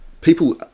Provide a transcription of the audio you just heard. people